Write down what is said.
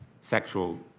sexual